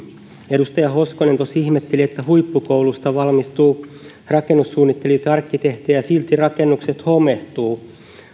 edustaja hoskonen tuossa ihmetteli että huippukoulusta valmistuu rakennussuunnittelijoita arkkitehtejä ja silti rakennukset homehtuvat